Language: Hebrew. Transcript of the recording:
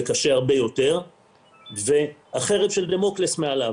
קשה הרבה יותר והחרב של דמוקלס מעליו.